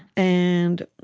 and